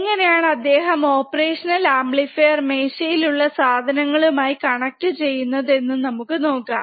എങ്ങനെയാണ് അദ്ദേഹം operational amplifier മേശയിൽ ഉള്ള സാധങ്ങളുമായി കണക്ട് ചെയ്യുന്നത് എന്ന് നമുക്ക് നോക്കാം